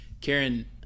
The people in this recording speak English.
Karen